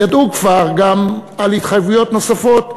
ידעו כבר גם על התחייבויות נוספות,